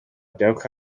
dewch